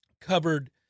covered